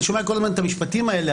אני שומע כל הזמן את המשפטים האלה,